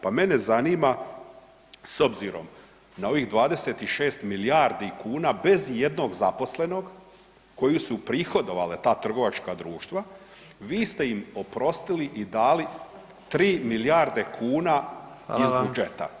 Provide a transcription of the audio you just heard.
Pa mene zanima s obzirom na ovih 26 milijardi kuna bez ijednog zaposlenog koje su uprihodovale ta trgovačka društva vi ste im oprostili i dali 3 milijarde kuna iz budžete.